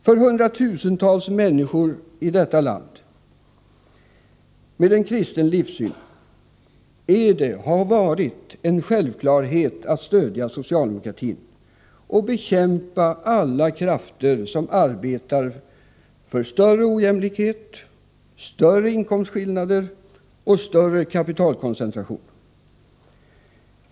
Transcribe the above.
För hundratusentals människor i detta land med en kristen livssyn är det och har det varit en självklarhet att stödja socialdemokratin och bekämpa alla krafter som arbetar för större ojämlikhet, större inkomstskillnader och större kapitalkoncentration.